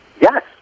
Yes